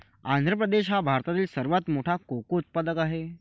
आंध्र प्रदेश हा भारतातील सर्वात मोठा कोको उत्पादक आहे